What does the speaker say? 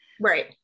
right